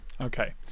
Okay